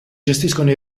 gestiscono